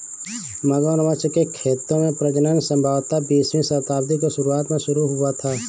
मगरमच्छ के खेतों में प्रजनन संभवतः बीसवीं शताब्दी की शुरुआत में शुरू हुआ था